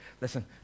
Listen